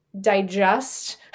digest